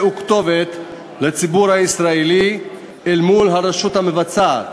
משמשת פה וכתובת לציבור הישראלי אל מול הרשות המבצעת